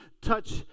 touch